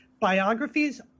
biographies